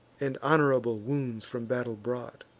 and honorable wounds from battle brought.